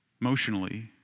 emotionally